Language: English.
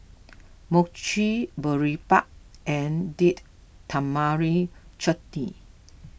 Mochi Boribap and Date Tamarind Chutney